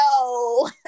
no